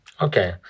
Okay